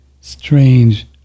strange